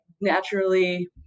naturally